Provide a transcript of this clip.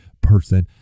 person